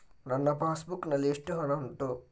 ನನ್ನ passbook ನಲ್ಲಿ ಎಷ್ಟು ಹಣ ಉಂಟು?